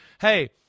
hey